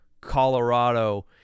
Colorado